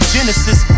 Genesis